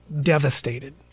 devastated